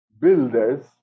builders